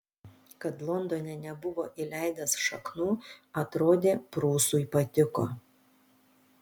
kad londone nebuvo įleidęs šaknų atrodė prūsui patiko